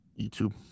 YouTube